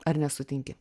ar nesutinki